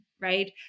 right